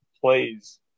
plays